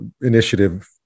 initiative